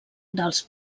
dels